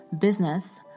business